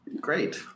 great